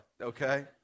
okay